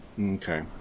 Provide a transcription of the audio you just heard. Okay